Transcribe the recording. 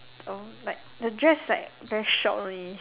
um like the dress like very short only